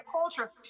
culture